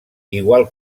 igual